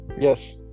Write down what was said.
Yes